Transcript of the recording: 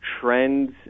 trends